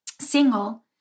single